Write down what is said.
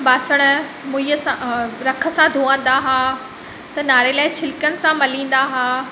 बासण मुईअ सां रख सां धोअंदा हा त नारेल या छिलकनि सां मलिंदा हा